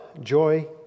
joy